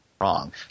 wrong